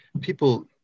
people